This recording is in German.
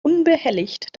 unbehelligt